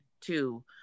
two